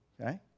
okay